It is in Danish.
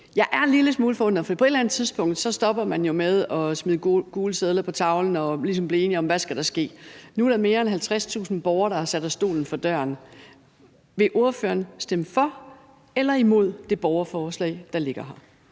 Jeg er en lille smule forundret, for på et eller andet tidspunkt stopper man jo med at smide gule sedler på tavlen og bliver ligesom enige om, hvad der skal ske. Nu er der mere end 50.000 borgere, der har sat os stolen for døren. Vil ordføreren stemme for, eller vil ordføreren stemme imod det borgerforslag, der ligger her?